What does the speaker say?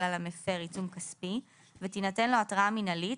על המפר עיצום כספי ותינתן לו התראה מינהלית,